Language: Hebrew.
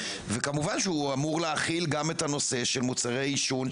וכמובן שהוא אמור להכיל גם את הנושא של מוצרי עישון,